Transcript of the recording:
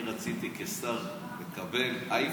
אני רציתי כשר לקבל אייפד.